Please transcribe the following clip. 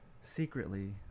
Secretly